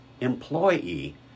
employee